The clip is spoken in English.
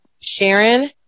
Sharon